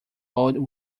old